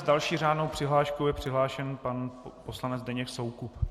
S další řádnou přihláškou je přihlášen pan poslanec Zdeněk Soukup.